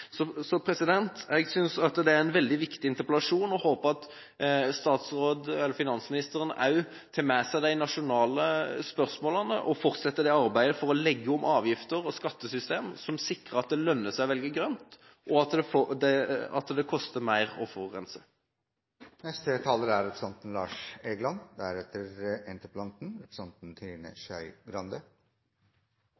Jeg synes dette er en veldig viktig interpellasjon og håper at finansministeren også tar med seg de nasjonale spørsmålene og forsetter arbeidet for å legge om avgifter og skattesystemet og sikrer at det lønner seg å velge grønt og koster mer å forurense. I likhet med alle andre synes også jeg at dette er en viktig interpellasjon. Jeg mener det fordi det er